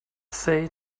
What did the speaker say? say